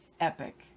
epic